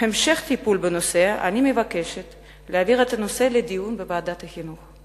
המשך טיפול בנושא אני מבקשת להעביר את הנושא לדיון בוועדת החינוך.